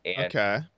Okay